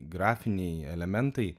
grafiniai elementai